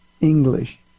English